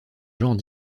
genres